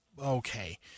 Okay